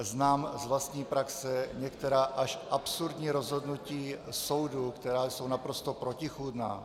Znám z vlastní praxe některá až absurdní rozhodnutí soudů, která jsou naprosto protichůdná.